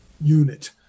unit